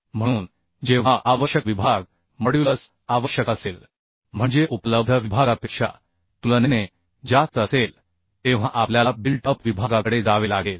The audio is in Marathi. म्हणून जेव्हा आवश्यक विभाग मॉड्युलस आवश्यक असेल म्हणजे उपलब्ध विभागापेक्षा तुलनेने जास्त असेल तेव्हा आपल्याला बिल्ट अप विभागाकडे जावे लागेल